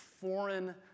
foreign